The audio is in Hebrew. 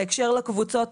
בהקשר לקבוצות,